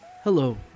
Hello